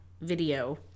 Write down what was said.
video